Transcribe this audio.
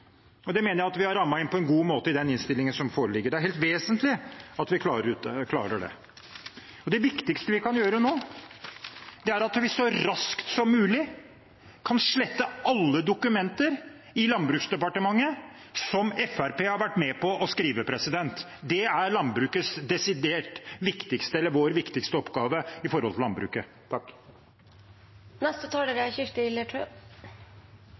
Det mener jeg vi har rammet inn på en god måte i den innstillingen som foreligger. Det er helt vesentlig at vi klarer det. Det viktigste vi kan gjøre nå, er så raskt som mulig å slette alle dokumenter i Landbruksdepartementet som Fremskrittspartiet har vært med på å skrive. Det er vår viktigste oppgave når det gjelder landbruket. Vi er